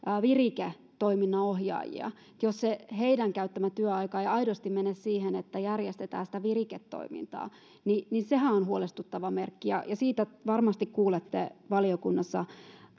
viriketoiminnan ohjaajia jos se heidän käyttämänsä työaika ei aidosti mene siihen että järjestetään viriketoimintaa niin niin sehän on huolestuttava merkki ja ja siitä varmasti kuulette valiokunnassa